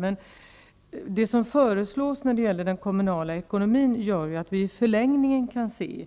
Det som emellertid föreslås när det gäller den kommunala ekonomin gör att vi i förlängningen kan se